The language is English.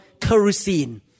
kerosene